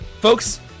folks